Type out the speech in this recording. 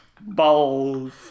Balls